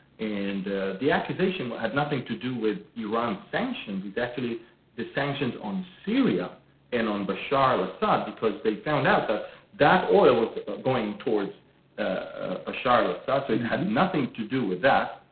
and the accusation but had nothing to do with iran sanctions, is actually the sanctions on syria and on bashar al assad, because they found out that that oil was going towards ah bashar al assad, so it had nothing to do with that.